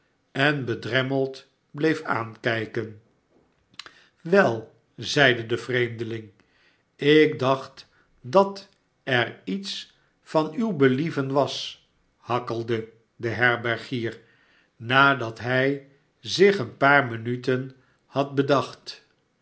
en bedremmeld bleef aankijken wel zeide de vreemdeling ik dacht dat er iets van uw believen was hakkelde de herbergier nadat hij zich een paar minuten had bedacht